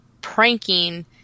pranking